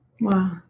Wow